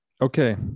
Okay